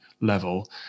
level